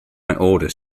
order